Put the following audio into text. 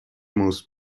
most